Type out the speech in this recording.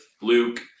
Luke